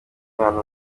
umwana